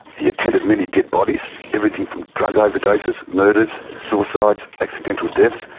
he attended many dead bodies, everything from drug overdoses, murders, suicides, accidental deaths.